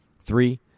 three